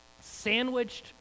sandwiched